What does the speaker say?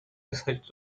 decided